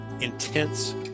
intense